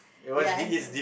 ya it's